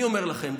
אני אומר לכם,